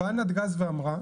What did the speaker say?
באה נתג"ז ואמרה,